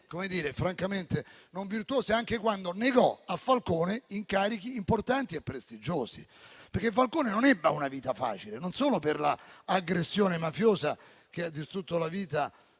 pagine francamente non virtuose anche quando negò a Falcone incarichi importanti e prestigiosi. Falcone non ebbe una vita facile, non solo per l'aggressione mafiosa che ha distrutto la vita